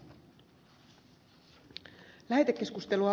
toinen varapuhemies